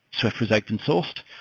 swift was open-sourced.